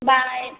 bye